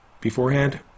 beforehand